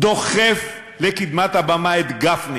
דוחף לקדמת הבמה את גפני